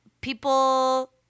people –